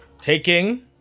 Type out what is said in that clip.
taking